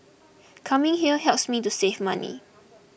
coming here helps me to save money